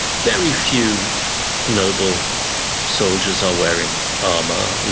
very few noble soldiers are wearing armor.